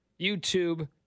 YouTube